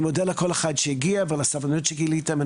אני מודה לכל אחד שהגיע ולסבלנות שגיליתם.